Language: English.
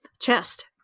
Chest